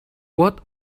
what